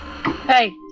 Hey